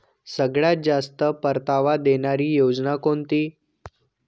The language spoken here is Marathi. सगळ्यात जास्त परतावा देणारी योजना कोणती?